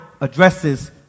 addresses